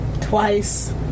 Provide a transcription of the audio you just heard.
twice